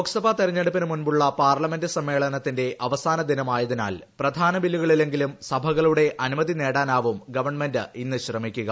ലോക്സഭ തെരഞ്ഞെടുപ്പിന് മുൻപുള്ള പാർലമെന്റ് സമ്മേളനത്തിന്റെ അവസാന ദിനമായതിനാൽ പ്രധാന ബില്ലുകളിലെങ്കിലും സഭകളുടെ അനുമതി നേടാനാവും ഗവൺമെന്റ് ഇന്ന് ശ്രമിക്കുക